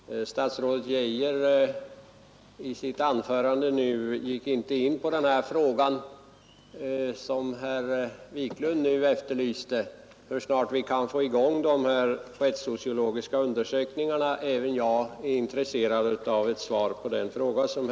Herr talman! Statsrådet Geijer gick inte i sitt anförande in på den fråga som herr Wiklund nu ställde, dvs. hur snart vi kan få i gång de här rättssociologiska undersökningarna. Även jag är intresserad av ett svar på den frågan.